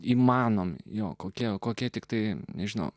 įmanome jo kokia kokia tiktai nežinau